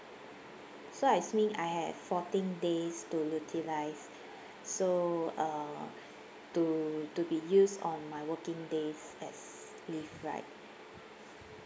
so that means I have fourteen days to utilise so uh to to be used on my working days as leave right